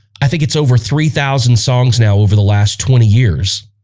i think it's over three thousand songs now over the last twenty years